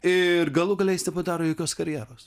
ir galų gale jis nepadaro jokios karjeros